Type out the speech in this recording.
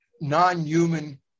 non-human